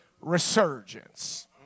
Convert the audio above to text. resurgence